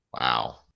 Wow